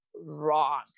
wrong